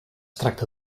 tracta